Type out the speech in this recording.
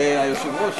היושבת-ראש,